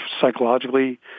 Psychologically